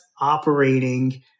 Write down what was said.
operating